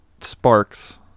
sparks